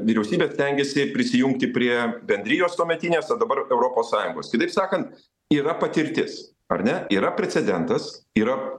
vyriausybės stengėsi prisijungti prie bendrijos tuometinės o dabar europos sąjungos kitaip sakant yra patirtis ar ne yra precedentas yra